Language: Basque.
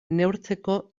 neurtzeko